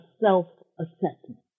self-assessment